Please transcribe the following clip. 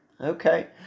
Okay